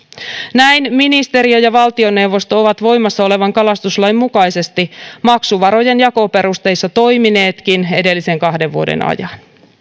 näin ministeriö ja valtioneuvosto ovat voimassa olevan kalastuslain mukaisesti maksuvarojen jakoperusteissa toimineetkin edellisen kahden vuoden ajan